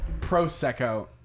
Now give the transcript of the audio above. Prosecco